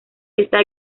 está